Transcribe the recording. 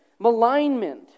malignment